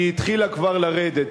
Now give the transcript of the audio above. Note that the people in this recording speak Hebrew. היא התחילה כבר לרדת.